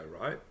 right